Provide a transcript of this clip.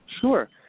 Sure